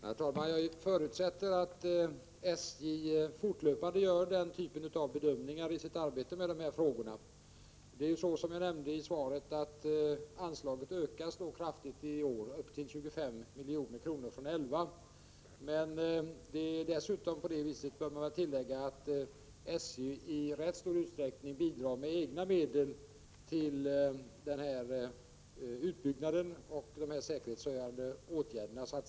Herr talman! Jag förutsätter att SJ fortlöpande gör den typen av bedömningar i sitt arbete med de här frågorna. Som jag nämnde i svaret, ökas anslaget kraftigt i år, upp till 25 milj.kr. från 11 milj.kr. Dessutom bör tilläggas att SJ i rätt stor utsträckning bidrar med 22 egna medel till kostnaden för de säkerhetshöjande åtgärderna.